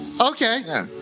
Okay